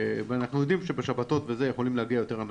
ואנחנו יודעים שבשבתות יכולים להגיע יותר אנשים.